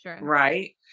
right